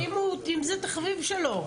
אם זה תחביב שלו?